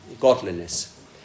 godliness